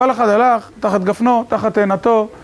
כל אחד הלך, תחת גפנו, תחת תאנתו.